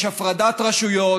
יש הפרדת רשויות,